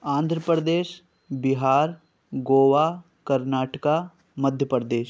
Andhra Pradesh Bihar Goa Karnataka Madhya Pradesh